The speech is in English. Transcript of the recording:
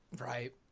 Right